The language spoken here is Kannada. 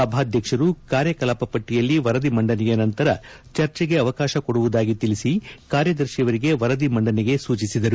ಸಭಾಧ್ಯಕ್ಷರು ಕಾರ್ಯಕಲಾಪ ಪಟ್ಟಿಯಲ್ಲಿ ವರದಿ ಮಂಡನೆಯ ನಂತರ ಚರ್ಚೆಗೆ ಅವಕಾಶ ಕೊಡುವುದಾಗಿ ತಿಳಿಸಿ ಕಾರ್ಯದರ್ಶಿಯವರಿಗೆ ವರದಿ ಮಂಡನೆಗೆ ಸೂಚಿಸಿದರು